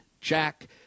Jack